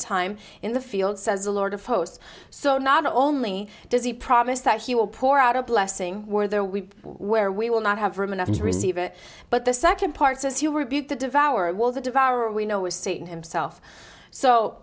time in the field says the lord of hosts so not only does he promise that he will pour out a blessing were there we where we will not have room enough to receive it but the second part says you were beauty devoured was the devour we know was satan himself so